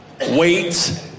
wait